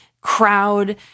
crowd